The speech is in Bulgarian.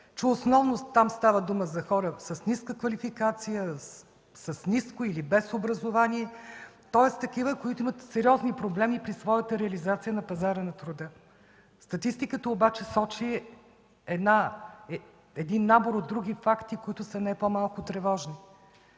че основно там става дума за хора с ниска квалификация, с ниско или без образование, тоест такива, които имат сериозни проблеми при своята реализация на пазара на труда. Статистиката обаче сочи един набор от други факти, които са не по-малко тревожни,